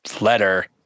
letter